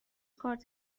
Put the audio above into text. کارت